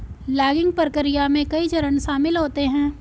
logging प्रक्रिया में कई चरण शामिल होते है